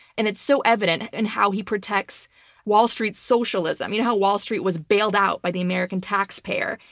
and it's so evident in how he protects wall street socialism, you know how wall street was bailed out by the american taxpayer.